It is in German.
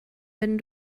wenn